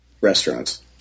restaurants